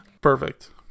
Perfect